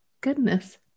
Goodness